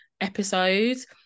episodes